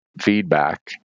feedback